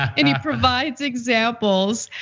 and he provides examples.